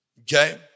okay